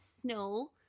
snow